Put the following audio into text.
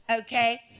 Okay